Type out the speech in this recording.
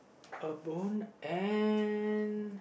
a bone and